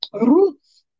roots